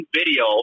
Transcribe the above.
video